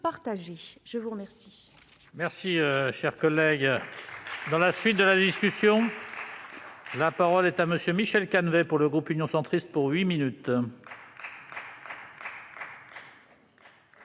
à vous remercier